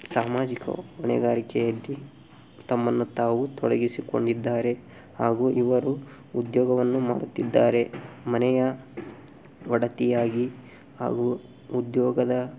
ಸಾಮಾಜಿಕ ಹೊಣೆಗಾರಿಕೆಯಲ್ಲಿ ತಮ್ಮನ್ನು ತಾವು ತೊಡಗಿಸಿಕೊಂಡಿದ್ದಾರೆ ಹಾಗೂ ಇವರು ಉದ್ಯೋಗವನ್ನು ಮಾಡುತ್ತಿದ್ದಾರೆ ಮನೆಯ ಒಡತಿಯಾಗಿ ಹಾಗೂ ಉದ್ಯೋಗದ